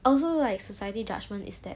also like society judgment is that